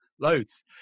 loads